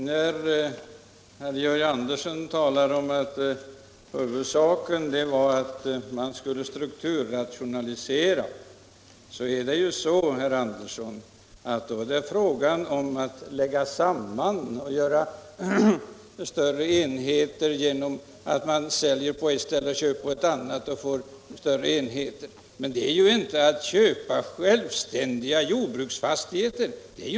Herr talman! Herr Andersson i Lycksele sade att huvudsaken med lagstiftningen var att främja en strukturrationalisering. När man strukturrationaliserar lägger man ju samman och gör större enheter genom att man säljer på ett ställe och köper på ett annat. Men man strukturrationaliserar inte genom att köpa självständiga jordbruksfastigheter!